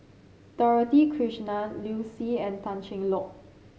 Dorothy Krishnan Liu Si and Tan Cheng Lock